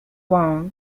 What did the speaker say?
waugh